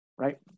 right